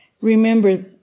remember